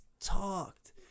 talked